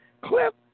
clip